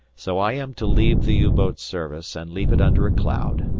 so i am to leave the u-boat service, and leave it under a cloud!